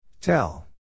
Tell